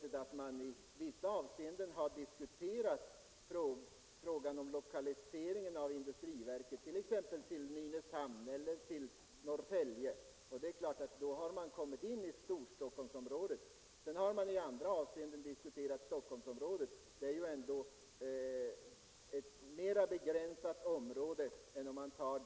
Ja, när man har diskuterat frågan om industriverkets lokalisering har t.ex. Nynäshamn och Norrtälje nämnts och då rör det sig naturligtvis om orter inom Storstockholmsområdet. I andra sammanhang har man diskuterat Stockholmsområdet, och då har det gällt ett mera begränsat område.